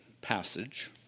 passage